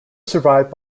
survived